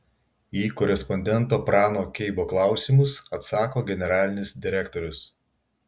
į korespondento prano keibo klausimus atsako generalinis direktorius